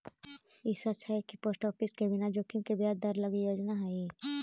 का ई सच हई कि पोस्ट ऑफिस में बिना जोखिम के ब्याज दर लागी योजना हई?